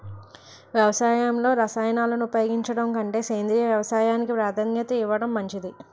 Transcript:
వ్యవసాయంలో రసాయనాలను ఉపయోగించడం కంటే సేంద్రియ వ్యవసాయానికి ప్రాధాన్యత ఇవ్వడం మంచిది